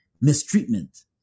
mistreatment